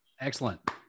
Excellent